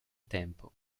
tempo